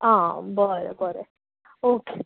आं बरें बरें ओके